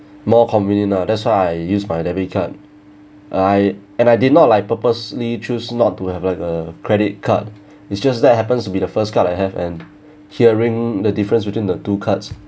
more convenient lah that's why I use my debit card I and I did not like purposely choose not to have like a credit card it's just that happens to be the first card I have and hearing the difference between the two cards